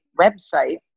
website